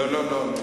לא, לא.